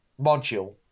module